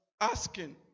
asking